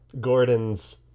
Gordon's